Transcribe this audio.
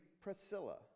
Priscilla